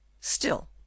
Still